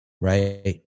right